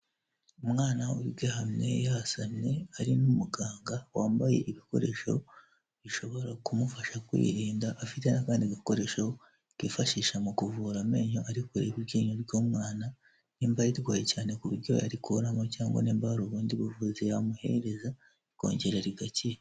Umwana ugaramye yasannye ari n'umuganga wambaye ibikoresho bishobora kumufasha kwirinda, afite n'akandi gakoresho kifashisha mu kuvura amenyo, ari kurebe iryinyo ry'umwana nimba rirwaye cyane ku buryo yarikuramo cyangwa nimba hari ubundi buvuzi yamuhereza rikongera rigakira.